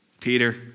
Peter